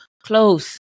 close